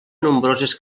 nombroses